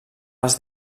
els